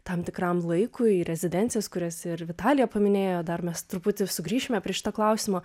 tam tikram laikui rezidencijas kurias ir vitalija paminėjo dar mes truputį sugrįšime prie šito klausimo